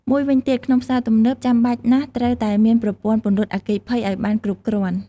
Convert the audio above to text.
មួយវិញទៀត ក្នុងផ្សារទំនើបចាំបាច់ណាស់ត្រូវតែមានប្រព័ន្ធពន្លត់អគ្គិភ័យអោយបានគ្រប់គ្រាន់។